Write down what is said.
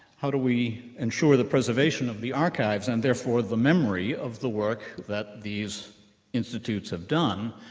how do we ensure the preservation of the archives and, therefore, the memory of the work that these institutes have done,